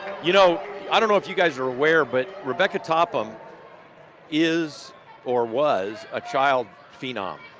you know i don't know if you guys are aware, but rebekah topham, is or was a child phenom.